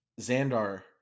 Xandar